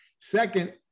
second